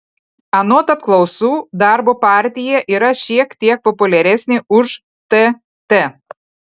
anot apklausų darbo partija yra šiek tiek populiaresnė už tt